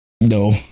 no